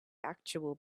actual